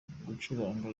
gucuranga